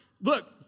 look